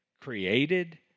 Created